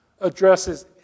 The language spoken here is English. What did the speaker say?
addresses